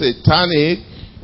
satanic